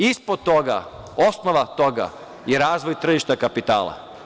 Ispod toga, osnova toga je razvoj tržišta kapitala.